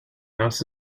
house